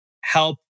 help